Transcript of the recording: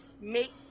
make